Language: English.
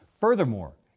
Furthermore